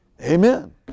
Amen